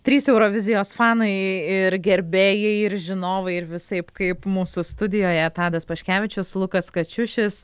trys eurovizijos fanai ir gerbėjai ir žinovai ir visaip kaip mūsų studijoje tadas paškevičius lukas kačiušis